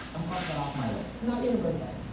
i'm crossing that off my list. not universal.